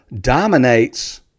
dominates